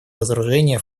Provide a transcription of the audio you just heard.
разоружения